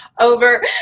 over